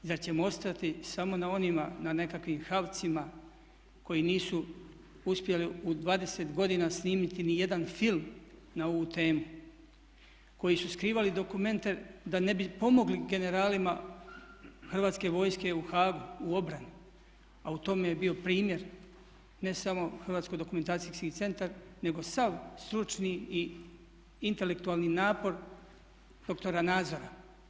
Zar ćemo ostati samo na onima, na nekakvim havcima koji nisu uspjeli u 20 godina snimiti ni jedan film na ovu temu, koji su skrivali dokumente da ne bi pomogli generalima Hrvatske vojske u Haagu, u obrani a u tome je bio primjer ne samo Hrvatsko dokumentacijski centar, nego sav stručni i intelektualni napor doktora Nazora.